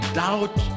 doubt